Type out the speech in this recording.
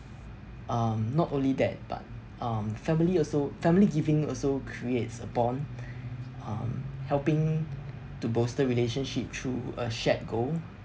um not only that but um family also family giving also creates upon um helping to boost the relationship through a shared goal